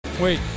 wait